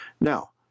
Now